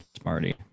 Smarty